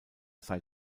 sei